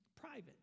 private